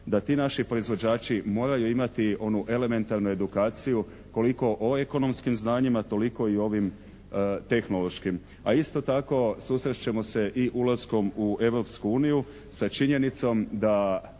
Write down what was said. da ti naši proizvođači moraju imati onu elementarnu edukaciju koliko o ekonomskim znanjima toliko i o ovim tehnološkim. A isto tako susrest ćemo se i ulaskom u Europsku uniju sa činjenicom da